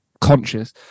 conscious